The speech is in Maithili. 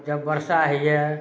जब बरसा होइए